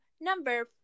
number